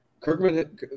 Kirkman